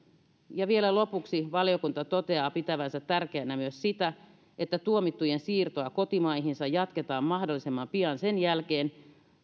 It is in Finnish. vielä lopuksi valiokunta toteaa pitävänsä tärkeänä myös sitä että tuomittujen siirtoa kotimaihinsa jatketaan mahdollisimman pian sen jälkeen